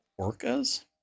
orcas